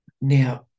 Now